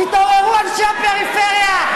תתעוררו, אנשי הפריפריה.